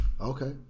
Okay